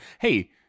Hey